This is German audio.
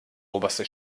oberste